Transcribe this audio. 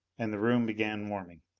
and the room began warming.